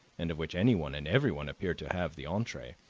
and of which anyone and everyone appeared to have the entree,